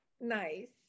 nice